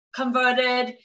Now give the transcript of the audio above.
converted